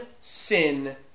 sin